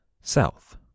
south